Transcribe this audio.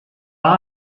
war